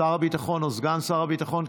שר הביטחון או סגן שר הביטחון,